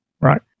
Right